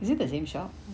is it the same shop